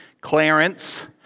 Clarence